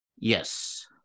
Yes